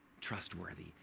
trustworthy